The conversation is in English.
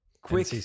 quick